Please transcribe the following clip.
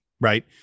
right